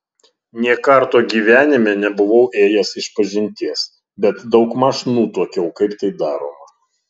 nė karto gyvenime nebuvau ėjęs išpažinties bet daugmaž nutuokiau kaip tai daroma